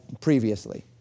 previously